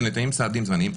כשניתנים סעדים זמניים,